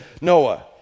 Noah